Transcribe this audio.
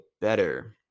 better